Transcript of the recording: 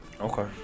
Okay